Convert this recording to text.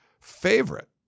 favorite